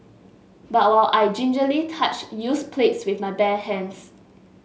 but while I gingerly touched used plates with my bare hands